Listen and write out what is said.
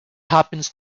happens